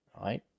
right